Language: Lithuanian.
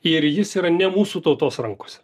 ir jis yra ne mūsų tautos rankose